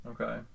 Okay